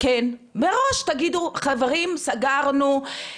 כן, מראש תגידו: חברים, סגרנו.